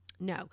No